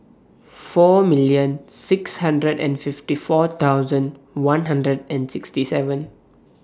four million six hundred and fifty four thousand one hundred and sixty seven